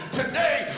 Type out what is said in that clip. today